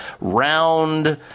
round